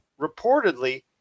reportedly